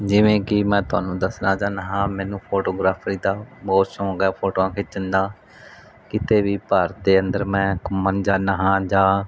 ਜਿਵੇਂ ਕਿ ਮੈਂ ਤੁਹਾਨੂੰ ਦੱਸਣਾ ਚਾਹੁੰਦਾ ਹਾਂ ਮੈਨੂੰ ਫੋਟੋਗ੍ਰਾਫਰੀ ਦਾ ਬਹੁਤ ਸੌਂਕ ਆ ਫੋਟੋਆਂ ਖਿੱਚਣ ਦਾ ਕਿਤੇ ਵੀ ਭਾਰਤ ਦੇ ਅੰਦਰ ਮੈਂ ਘੁੰਮਣ ਜਾਂਦਾ ਹਾਂ ਜਾਂ